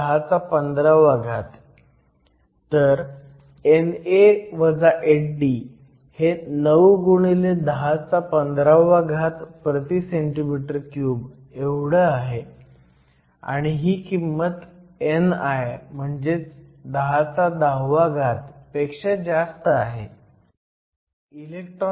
तर NA ND हे 9 x 1015 cm 3 आहे आणि ही किंमत ni म्हणजेच 1010 पेक्षा जास्त आहे